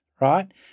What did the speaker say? right